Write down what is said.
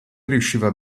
riusciva